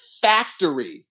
factory